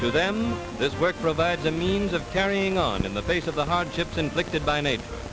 to them this work provides a means of carrying on in the face of the hardships inflicted by nat